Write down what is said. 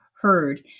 heard